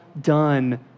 done